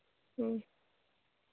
ᱦᱮᱸ